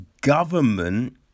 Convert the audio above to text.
government